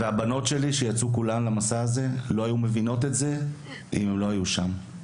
הבנות שלי שיצאו כולן למסע הזה לא היו מבינות את זה אם הן לא היו שם.